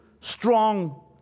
strong